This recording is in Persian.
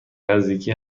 نزدیکی